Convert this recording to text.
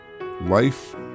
Life